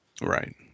Right